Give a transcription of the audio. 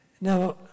Now